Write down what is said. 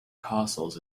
castles